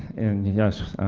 and yes